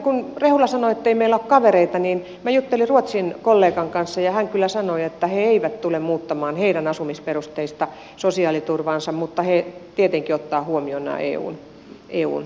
kun rehula sanoi ettei meillä ole kavereita niin minä juttelin ruotsin kollegan kanssa ja hän kyllä sanoi että he eivät tule muuttamaan heidän asumisperusteista sosiaaliturvaansa mutta he tietenkin ottavat huomioon nämä eun tarpeet